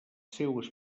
seues